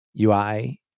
ui